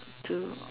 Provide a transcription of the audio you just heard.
to